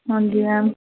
ਹਾਂਜੀ ਮੈਮ